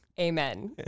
Amen